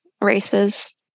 races